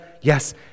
yes